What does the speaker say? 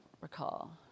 recall